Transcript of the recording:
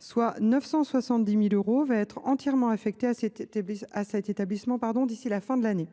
soit 970 000 euros – sera entièrement affectée à cet établissement d’ici à la fin de l’année.